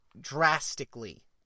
drastically